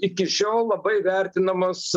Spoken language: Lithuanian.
iki šiol labai vertinamas